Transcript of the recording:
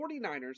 49ers